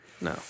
No